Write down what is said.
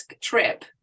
trip